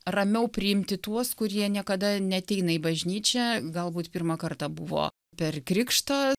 ramiau priimti tuos kurie niekada neateina į bažnyčią galbūt pirmą kartą buvo per krikštą